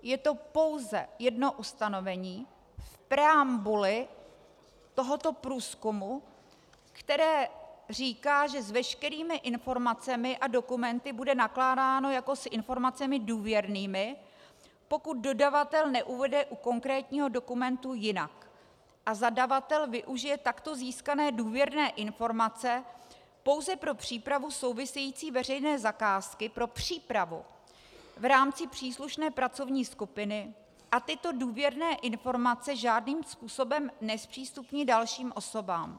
Je to pouze jedno ustanovení v preambuli tohoto průzkumu, které říká, že s veškerými informacemi a dokumenty bude nakládáno jako s informacemi důvěrnými, pokud dodavatel neuvede u konkrétního dokumentu jinak, a zadavatel využije takto získané důvěrné informace pouze pro přípravu související veřejné zakázky, pro přípravu v rámci příslušné pracovní skupiny a tyto důvěrné informace žádným způsobem nezpřístupní dalším osobám.